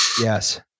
Yes